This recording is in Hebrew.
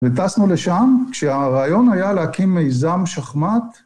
וטסנו לשם, כשהרעיון היה להקים מיזם שחמט.